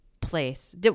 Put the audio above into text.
place